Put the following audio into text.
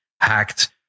hacked